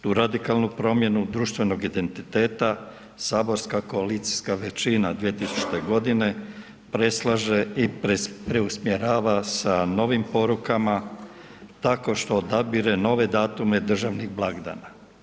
Tu radikalnu promjenu društvenog identiteta saborska koalicijska većina 2000. g. preslaže i preusmjerava sa novim porukama tako što odabire nove blagdane državnih blagdana.